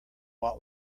want